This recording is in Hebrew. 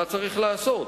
מה צריך לעשות?